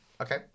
Okay